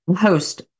host